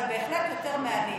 אבל בהחלט יש יותר מענים.